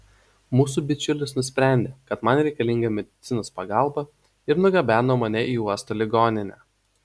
mūsų bičiulis nusprendė kad man reikalinga medicinos pagalba ir nugabeno mane į uosto ligoninę